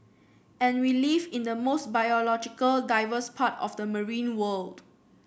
and we live in the most biological diverse part of the marine world